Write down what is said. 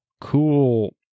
cool